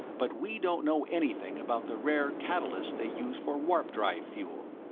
but we don't know anything about the rare catalyst they use for warp-drive fuel.